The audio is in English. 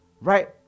right